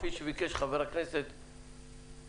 כפי שביקש חבר הכנסת יוראי,